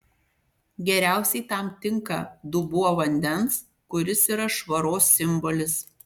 geriausiai tam tinka dubuo vandens kuris yra švaros simbolis